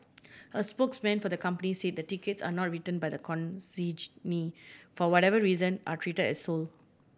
a spokesman for the company said the tickets are not return by the consignee for whatever reason are treated as sold